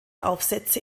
aufsätze